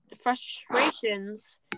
frustrations